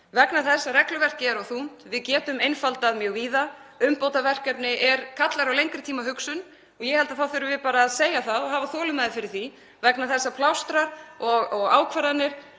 vegna þess að regluverkið er of þungt. Við getum einfaldað mjög víða. Umbótaverkefni kallar á hugsun til lengri tíma og ég held að þá þurfum við bara að segja það og hafa þolinmæði fyrir því vegna þess að plástrar og ákvarðanir